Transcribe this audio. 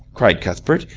cried cuthbert.